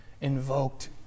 invoked